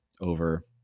over